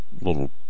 little